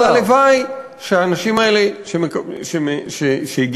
אבל הלוואי שהאנשים האלה שהם שהגיעו